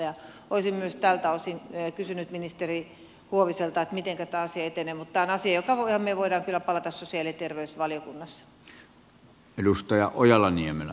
olisin myös tältä osin kysynyt ministeri huoviselta mitenkä tämä asia etenee mutta tämä on asia johon me voimme kyllä palata sosiaali ja terveysvaliokunnassa